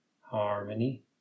harmony